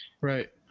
Right